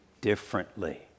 differently